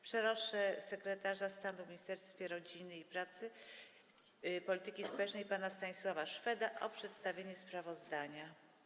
Proszę sekretarza stanu w Ministerstwie Rodziny, Pracy, Polityki Społecznej pana Stanisława Szweda o przedstawienie sprawozdania.